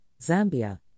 Zambia